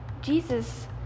Jesus